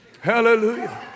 Hallelujah